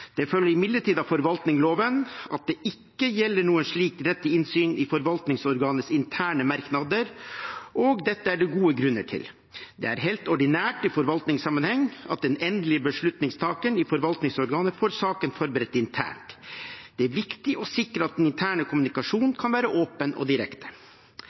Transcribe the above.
Det følger imidlertid av forvaltningsloven at det ikke gjelder noen slik rett til innsyn i forvaltningsorganets interne merknader, og dette er det gode grunner til. Det er helt ordinært i forvaltningssammenheng at den endelige beslutningstakeren i forvaltningsorganet får saken forberedt internt. Det er viktig å sikre at den interne kommunikasjonen kan være åpen og direkte.